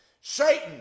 Satan